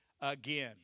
again